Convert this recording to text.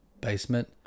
basement